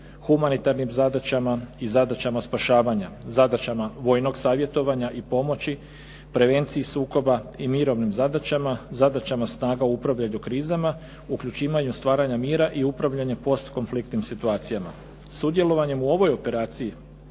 humanitarnim zadaćama, i zadaćama spašavanja, zadaćama vojnog savjetovanja i pomoći, prevenciji sukoba i mirovnim zadaćama, zadaćama snaga u upravljanju krizama, uključivanju stvaranja mira i upravljanju postkonfliktnim situacijama. Sudjelovanjem u ovoj operaciji